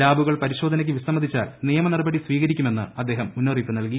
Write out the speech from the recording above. ലാബുകൾ പരിശോധനയ്ക്ക് വിസമ്മതിച്ചാൽ നിയമനടപടി സ്വീകരിക്കുമെന്ന് അദ്ദേഹം മുന്നറിയിപ്പ് നൽകി